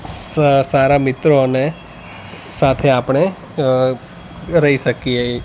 સ સારા મિત્રો અને સાથે આપણે અ રહી શકીએ એક